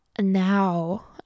now